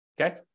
Okay